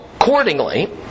accordingly